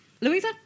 Louisa